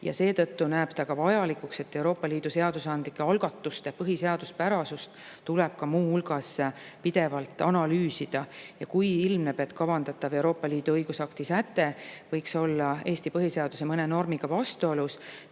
Seetõttu näeb ta vajalikuna, et Euroopa Liidu seadusandlike algatuste põhiseaduspärasust tuleb muu hulgas pidevalt analüüsida. Kui ilmneb, et kavandatav Euroopa Liidu õigusakti säte võiks olla Eesti põhiseaduse mõne normiga vastuolus,